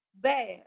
bad